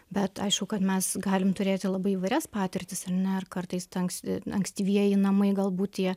bet aišku kad mes galim turėti labai įvairias patirtis ar ne ar kartais anks ankstyvieji namai galbūt jie